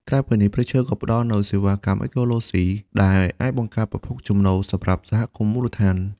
ក្រៅពីនេះ ព្រៃឈើក៏ផ្ដល់នូវសេវាកម្មអេកូទេសចរណ៍ ដែលអាចបង្កើតប្រភពចំណូលសម្រាប់សហគមន៍មូលដ្ឋាន។